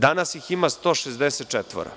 Danas ih ima 164.